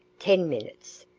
ten minutes,